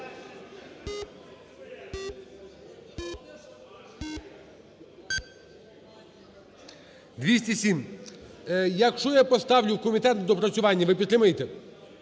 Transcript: За-207 Якщо я поставлю комітет на доопрацювання, ви підтримаєте?